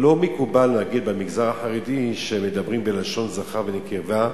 לא מקובל להגיד במגזר החרדי שמדברים בלשון זכר ונקבה.